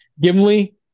Gimli